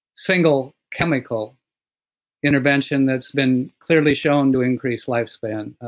single chemical intervention that's been clearly shown to increase lifespan